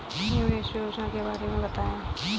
निवेश योजना के बारे में बताएँ?